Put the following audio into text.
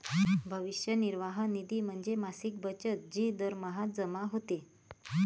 भविष्य निर्वाह निधी म्हणजे मासिक बचत जी दरमहा जमा होते